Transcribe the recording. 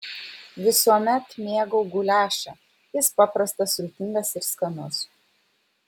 visuomet mėgau guliašą jis paprastas sultingas ir skanus